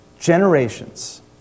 Generations